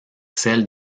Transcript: celles